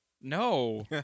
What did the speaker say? No